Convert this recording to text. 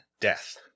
death